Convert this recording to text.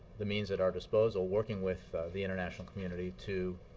the means at our disposal, working with the international community, to